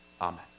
Amen